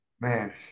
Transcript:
man